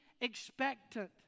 expectant